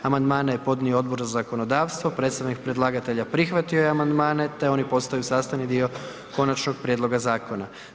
Amandmane je podnio Odbor za zakonodavstvo, predstavnik predlagatelja prihvatio je amandmane, te oni postaju sastavni dio Konačnog prijedloga zakona.